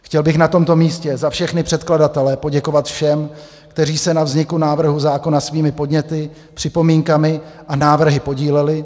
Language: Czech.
Chtěl bych na tomto místě za všechny předkladatele poděkovat všem, kteří se na vzniku návrhu zákona svými podněty, připomínkami a návrhy podíleli.